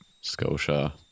Scotia